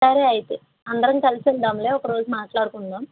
సరే అయితే అందరం కలిసి వెళ్దాంలే ఒకరోజు మాట్లాడుకుందాం